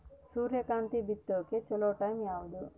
ಸೂರ್ಯಕಾಂತಿ ಬಿತ್ತಕ ಚೋಲೊ ಟೈಂ ಯಾವುದು?